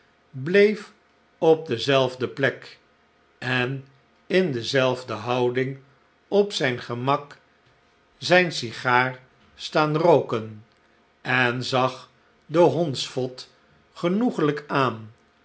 bleef op dezelfde plek en in dezelfde houding op zijn gemak zijne sigaar staan rooken en zag den hondsvot genoeglijk aan